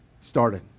started